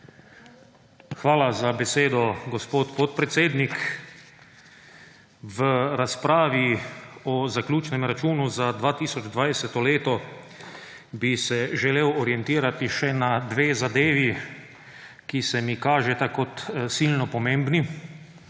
Hvala za besedo, gospodpodpredsednik. V razpravi o zaključnem računu za leto 2020 bi se želel orientirati še na dve zadevi, ki se mi kažeta kot silno pomembni,